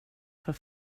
för